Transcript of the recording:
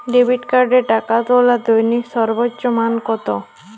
Debit কার্ডে টাকা তোলার দৈনিক সর্বোচ্চ মান কতো?